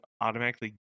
automatically